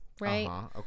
Right